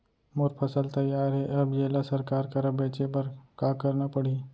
मोर फसल तैयार हे अब येला सरकार करा बेचे बर का करना पड़ही?